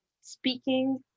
speaking